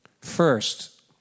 First